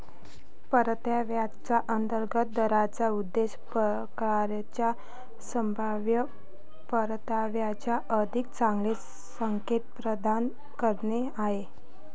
परताव्याच्या अंतर्गत दराचा उद्देश प्रकल्पाच्या संभाव्य परताव्याचे अधिक चांगले संकेत प्रदान करणे आहे